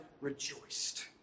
rejoiced